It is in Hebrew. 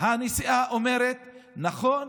הנשיאה ואומרת: נכון,